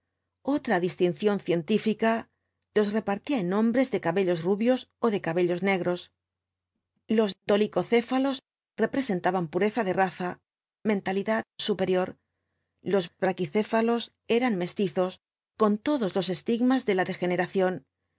otra distinción científica los repartía en hombres de cabellos rubios ó de cabellos ne v blasco iba ñbz jgros los dolicocéfalos representaban pureza de raza mentalidad superior los braquicéfalos eran me etizos con todos los estigmas de la degeneración